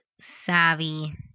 savvy